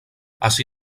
así